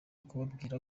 kubabwira